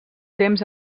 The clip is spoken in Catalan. temps